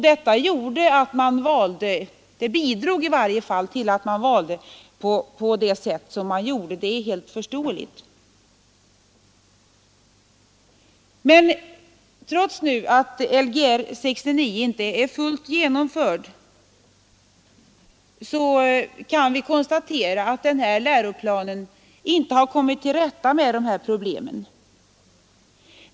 Detta bidrog till att man valde på det sätt som skedde — det är helt förståeligt. Trots att Lgr 69 inte fullt genomförd kan vi konstatera att denna läroplan inte kommit till rätta med problemen.